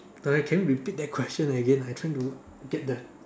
uh can you repeat that question again I'm trying to get the